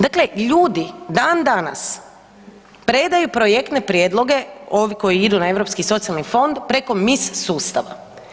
Dakle, ljudi dan danas predaju projektne prijedloge, ovi koji idu na Europski socijalni fond preko MIS sustava.